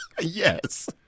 Yes